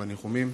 בניחומים,